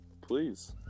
please